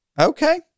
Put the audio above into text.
Okay